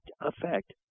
effect